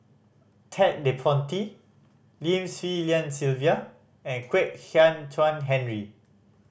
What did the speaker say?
Ted De Ponti Lim Swee Lian Sylvia and Kwek Hian Chuan Henry